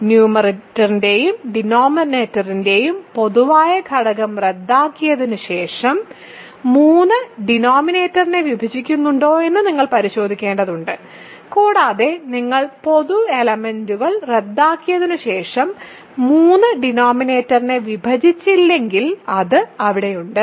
ന്യൂമറേറ്ററിന്റെയും ഡിനോമിനേറ്ററിന്റെയും പൊതുവായ ഘടകം റദ്ദാക്കിയതിനുശേഷം 3 ഡിനോമിനേറ്ററിനെ വിഭജിക്കുന്നുണ്ടോയെന്ന് നിങ്ങൾ പരിശോധിക്കേണ്ടതുണ്ട് കൂടാതെ നിങ്ങൾ പൊതു എലെമെന്റ്സ്കൾ റദ്ദാക്കിയതിനുശേഷം 3 ഡിനോമിനേറ്ററിനെ വിഭജിച്ചില്ലെങ്കിൽ അത് അവിടെയുണ്ട്